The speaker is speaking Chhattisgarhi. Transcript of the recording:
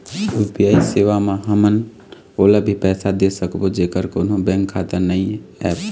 यू.पी.आई सेवा म हमन ओला भी पैसा दे सकबो जेकर कोन्हो बैंक खाता नई ऐप?